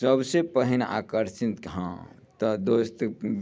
सबसँ पहीन आकर्षण हँ तऽ दोस्त